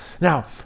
Now